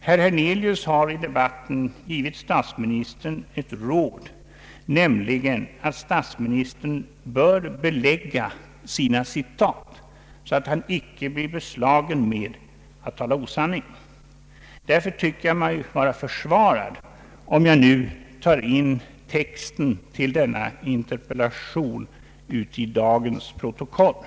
Herr Hernelius har i debatten givit statsministern ett råd, nämligen att statsministern bör belägga sina citat så att han icke blir beslagen med att tala osanning. Därför tycker jag mig vara försvarad om jag nu tar in texten till denna interpellation i dagens protokoll.